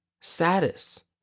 status